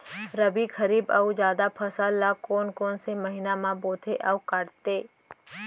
रबि, खरीफ अऊ जादा फसल ल कोन कोन से महीना म बोथे अऊ काटते?